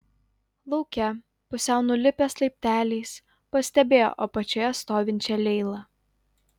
lauke pusiau nulipęs laipteliais pastebėjo apačioje stovinčią leilą